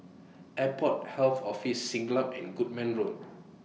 Airport Health Office Siglap and Goodman Road